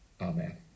Amen